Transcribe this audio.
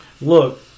Look